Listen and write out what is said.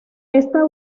esta